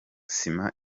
sima